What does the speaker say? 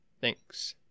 Thanks